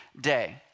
day